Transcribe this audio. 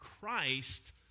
Christ